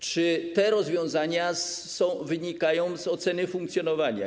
Czy te rozwiązania są, wynikają z oceny funkcjonowania?